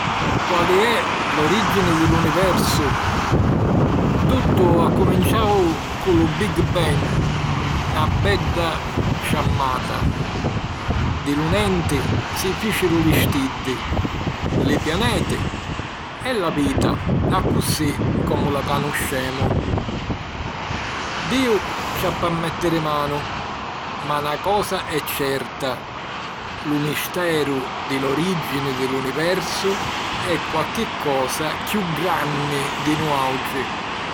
Quali è l'orìgini di l'Universu? Tuttu accuminciau cu lu Big Bang, na bedda ciammata. Di lu nenti si fìciru li stiddi, li pianeti e la vita, accussì comu la canùscemu. Diu ci appi a mèttiri manu. Ma na cosa è certa: lu misteru di l'orìgini di l'universu è qualchi cosa chiù granni di nuàutri.